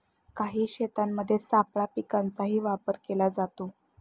काही शेतांमध्ये सापळा पिकांचाही वापर केला जातो